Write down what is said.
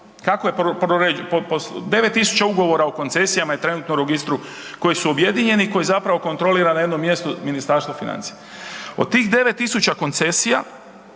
ugovora o koncesijama je trenutno u registru koji su objedinjeni, koji zapravo kontrolira na jednom mjestu Ministarstvo financija. Od tih 9 tisuća koncesija,